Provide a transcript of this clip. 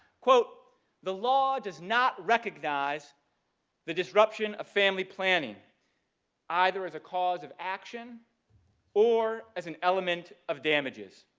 quote the law does not recognize the disruption of family planning either as a cause of action or as an element of damages.